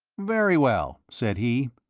very well, said he.